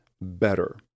better